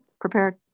Prepared